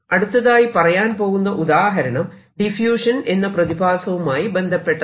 അടുത്തതായി പറയാൻ പോകുന്ന ഉദാഹരണം ഡിഫ്യൂഷൻ എന്ന പ്രതിഭാസവുമായി ബന്ധപ്പെട്ടാണ്